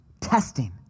Testing